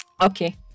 Okay